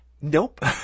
Nope